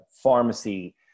pharmacy